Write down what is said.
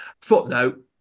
Footnote